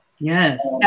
Yes